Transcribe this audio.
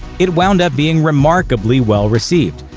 it wound up being remarkably well-received,